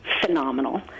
Phenomenal